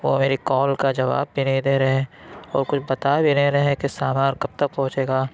وہ میری کال کا جواب بھی نہیں دے رہے ہیں اور کچھ بتا بھی نہیں رہے ہیں کہ سامان کب تک پہنچے گا